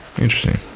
Interesting